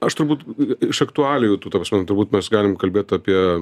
aš turbūt iš aktualijų tų ta prasme turbūt mes galim kalbėt apie